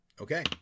Okay